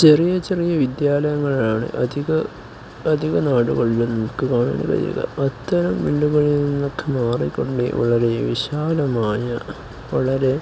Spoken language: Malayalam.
ചെറിയ ചെറിയ വിദ്യാലയങ്ങളാണ് അധിക അധിക നാടുകളിലും നമുക്ക് കാണാന് കഴിയുക അത്തരം കളിൽ നിന്നൊക്കെ മാറിക്കൊണ്ടേ വളരെ വിശാലമായ വളരെ